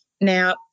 Now